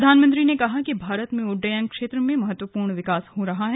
प्रधानमंत्री ने कहा कि भारत में उड्डयन क्षेत्र में महत्वपूर्ण विकास हो रहा है